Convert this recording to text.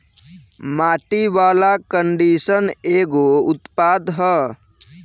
माटी वाला कंडीशनर एगो उत्पाद ह